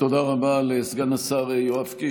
תודה רבה לסגן השר יואב קיש.